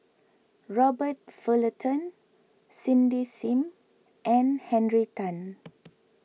Robert Fullerton Cindy Sim and Henry Tan